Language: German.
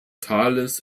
tales